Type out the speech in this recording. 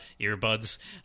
earbuds